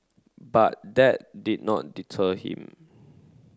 but that did not deter him